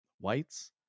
whites